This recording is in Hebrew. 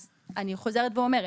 אני חוזרת ואומרת,